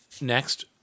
next